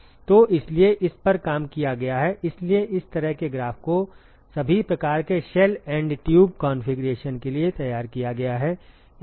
तो इसलिए इस पर काम किया गया है इसलिए इस तरह के ग्राफ को सभी प्रकार के शेल एंड ट्यूब कॉन्फ़िगरेशन के लिए तैयार किया गया है